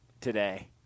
today